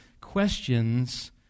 questions